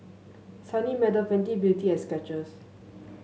Sunny Meadow Fenty Beauty and Skechers